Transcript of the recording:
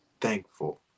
thankful